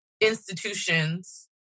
institutions